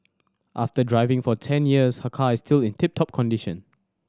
after driving for ten years her car is still in tip top condition